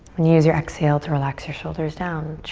and use your exhale to relax your shoulders down.